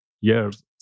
years